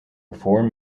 before